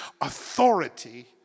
authority